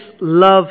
love